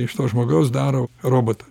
iš to žmogaus daro robotą